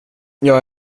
jag